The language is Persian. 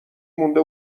مونده